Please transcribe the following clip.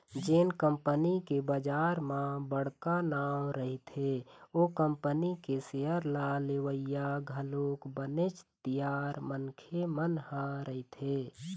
जेन कंपनी के बजार म बड़का नांव रहिथे ओ कंपनी के सेयर ल लेवइया घलोक बनेच तियार मनखे मन ह रहिथे